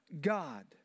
God